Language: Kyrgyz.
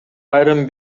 айрым